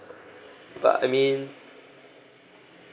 but I mean